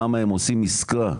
למה, הם עושים עסקה?